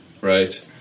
Right